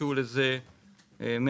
הוקדשו לזה 140